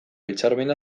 hitzarmena